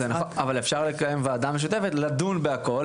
אבל אפשר לקיים ועדה משותפת כדי לדון בכול.